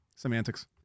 Semantics